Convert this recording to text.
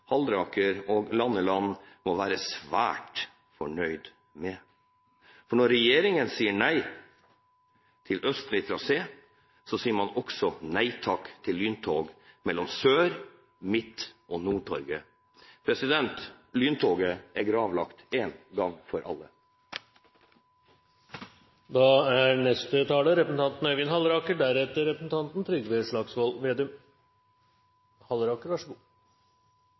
og representanten Langeland må være svært fornøyd med. For når regjeringen sier nei til østlig trasé, sier man også nei takk til lyntog mellom Sør-, Midt- og Nord-Norge. Lyntoget er gravlagt en gang for